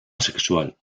asexual